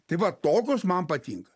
tai va tokios man patinka